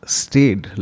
stayed